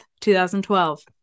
2012